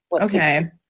okay